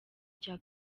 cya